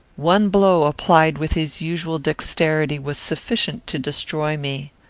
one blow, applied with his usual dexterity, was sufficient to destroy me.